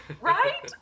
Right